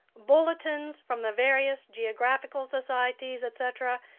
bulletins from the various geographical societies, etc,